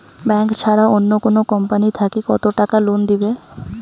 Bank ছাড়া অন্য কোনো কোম্পানি থাকি কত টাকা লোন দিবে?